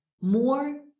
more